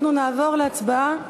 אנחנו נעבור להצבעה.